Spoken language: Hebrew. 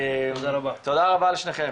רבה לשניכם.